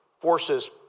forces